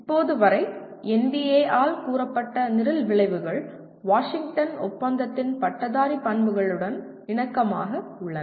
இப்போது வரை NBA ஆல் கூறப்பட்ட நிரல் விளைவுகள் வாஷிங்டன் ஒப்பந்தத்தின் பட்டதாரி பண்புகளுடன் இணக்கமாக உள்ளன